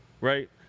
right